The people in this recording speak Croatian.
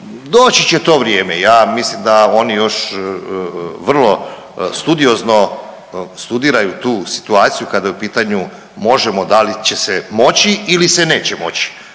doći će to vrijeme. Ja mislim da oni još vrlo studiozno studiraju tu situaciju kada je u pitanju Možemo, da li će se moći ili se neće moći.